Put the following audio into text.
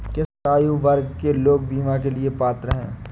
किस आयु वर्ग के लोग बीमा के लिए पात्र हैं?